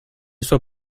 sois